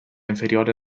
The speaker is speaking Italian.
inferiore